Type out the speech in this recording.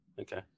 Okay